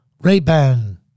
Ray-Ban